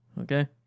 Okay